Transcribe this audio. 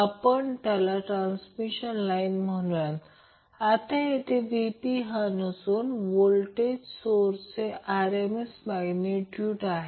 म्हणून 5 समीकरण दर्शवते की उच्च Q साठी L वरील जास्तीत जास्त व्होल्टेज या ω0 वर 1√L C अंदाजे येते